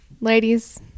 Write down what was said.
Ladies